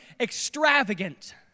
extravagant